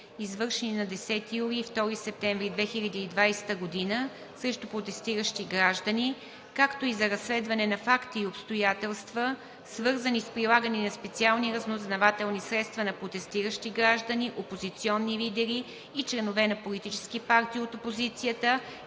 извършени на 10 юли и 2 септември 2020 г. срещу протестиращи граждани, както и за разследване на факти и обстоятелства, свързани с прилагане на специални разузнавателни средства на протестиращи граждани, опозиционни лидери и членове на политически партии от опозицията,